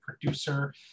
producer